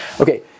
Okay